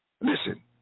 Listen